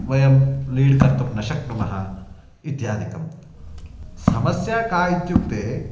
वयं लीड् कर्तुं न शक्नुमः इत्यादिकं समस्या का इत्युक्ते